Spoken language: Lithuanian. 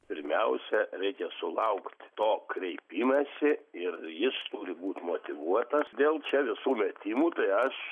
pirmiausia reikia sulaukt to kreipimąsi ir jis turi būt motyvuotas dėl čia visų metimų tai aš